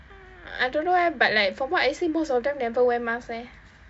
ah I don't know eh but like from what I see most of them never wear mask eh